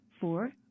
four